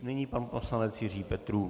Nyní pan poslanec Jiří Petrů.